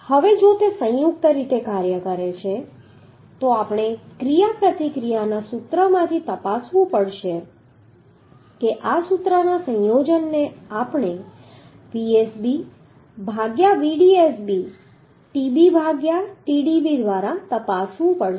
હવે જો તે સંયુક્ત રીતે કાર્ય કરે છે તો આપણે ક્રિયાપ્રતિક્રિયાના સૂત્રમાંથી તપાસવું પડશે કે આ સૂત્રના સંયોજનને આપણે Vsb ભાગ્યા Vdsb Tb ભાગ્યા Tdb દ્વારા તપાસવું પડશે